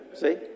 See